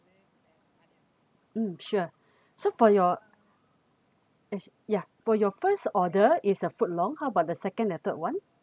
mm sure so for your as yeah for your first order is a foot long how about the second and third one